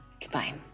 goodbye